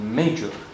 major